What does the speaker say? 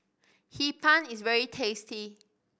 Hee Pan is very tasty